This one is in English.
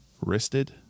wristed